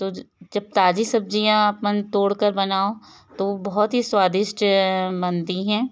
तो जब ताजी सब्जियाँ अपन तोड़कर बनाओ तो बहुत ही स्वादिष्ट बनती हैं